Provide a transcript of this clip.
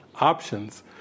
options